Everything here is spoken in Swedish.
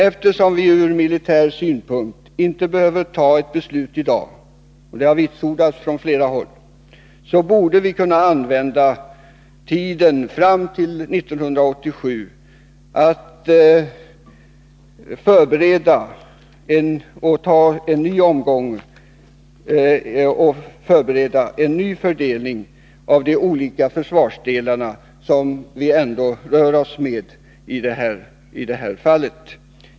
Eftersom vi ur militär synpunkt inte behöver fatta ett beslut i dag — det har vitsordats från flera håll — borde vi kunna använda tiden fram till 1987 till att ta en ny omgång och förbereda en annan fördelning av de olika försvarsdelarna.